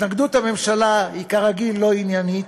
התנגדות הממשלה היא כרגיל לא עניינית,